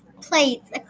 plates